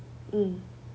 mm